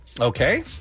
Okay